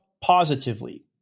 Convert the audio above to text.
positively